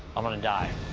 i'm gonna die.